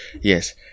yes